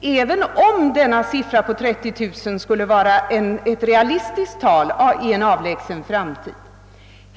även om siffran 30 000 skulle vara realistisk i en avlägsen framtid,